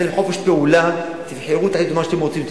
נתתי להם חופש פעולה: תבחרו מה שאתם רוצים,